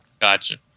Gotcha